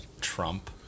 Trump